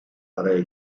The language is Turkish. araya